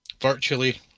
virtually